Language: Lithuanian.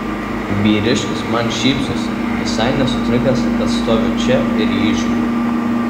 vyriškis man šypsosi visai nesutrikęs kad stoviu čia ir į jį žiūriu